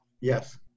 Yes